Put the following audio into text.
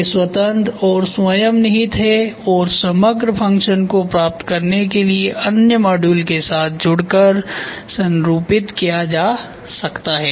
वे स्वतंत्र और स्वयं निहित हैं और समग्र फ़ंक्शन को प्राप्त करने के लिए अन्य मॉड्यूल के साथ जोड़कर संरूपित किया जा सकता है